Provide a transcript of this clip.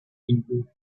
into